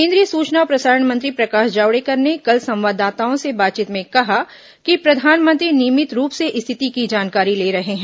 केंद्रीय सूचना और प्रसारण मंत्री प्रकाष जावडेकर ने कल संवाददाताओं से बातचीत में कहा कि प्रधानमंत्री नियमित रूप से स्थिति की जानकारी ले रहे हैं